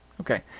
Okay